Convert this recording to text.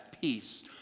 peace